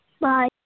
Bye